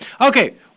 Okay